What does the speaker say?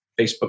Facebook